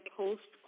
post